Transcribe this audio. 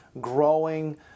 growing